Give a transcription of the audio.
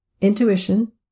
Intuition